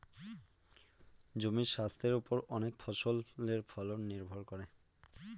জমির স্বাস্থের ওপর অনেক ফসলের ফলন নির্ভর করে